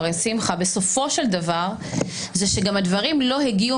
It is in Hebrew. הרי בסופו של דבר זה שגם הדברים לא הגיעו